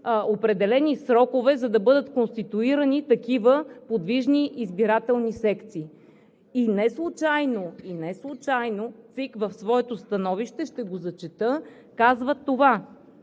определени срокове, за да бъдат конституирани такива подвижни избирателни секции. И неслучайно Централната избирателна комисия в своето становище, ще го зачета, казва това: